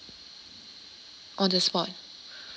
on the spot